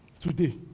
Today